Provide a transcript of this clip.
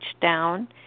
down